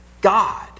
God